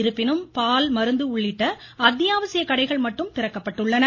இருப்பினும் பால் மருந்து உள்ளிட்ட அத்தியாவசிய கடைகள் மட்டும் திறக்கப்பட்டுள்ளன